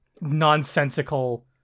nonsensical